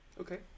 okay